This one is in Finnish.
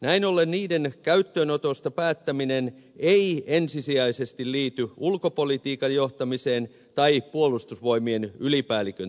näin ollen niiden käyttöönotosta päättäminen ei ensisijaisesti liity ulkopolitiikan johtamiseen tai puolustusvoimien ylipäällikön tehtäviin